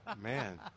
Man